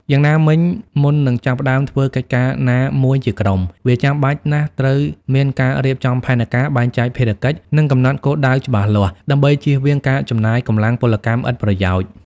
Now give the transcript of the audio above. យ៉ាងណាមិញមុននឹងចាប់ផ្ដើមធ្វើកិច្ចការណាមួយជាក្រុម វាចាំបាច់ណាស់ត្រូវមានការរៀបចំផែនការ បែងចែកភារកិច្ច និងកំណត់គោលដៅច្បាស់លាស់ ដើម្បីជៀសវាងការចំណាយកម្លាំងពលកម្មឥតប្រយោជន៍។